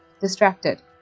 Distracted